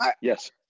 Yes